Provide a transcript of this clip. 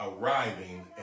Arriving